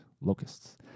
locusts